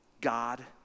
God